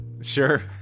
Sure